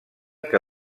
que